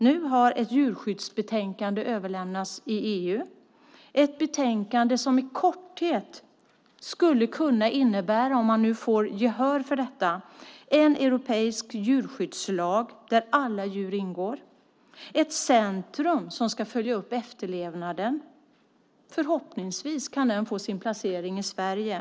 Nu har ett djurskyddsbetänkande överlämnats i EU - ett betänkande som i korthet skulle kunna innebära, om man får gehör för det, en europeisk djurskyddslag där alla djur ingår och ett centrum som ska följa upp efterlevnaden. Förhoppningsvis kan detta få sin placering i Sverige.